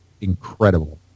incredible